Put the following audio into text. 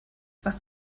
was